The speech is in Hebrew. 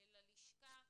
ללשכה,